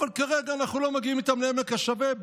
אבל כרגע אנחנו לא מגיעים איתם לעמק השווה,